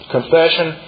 Confession